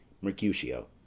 Mercutio